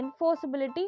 enforceability